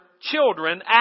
children